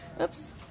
Oops